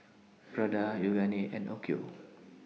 Prada Yoogane and Onkyo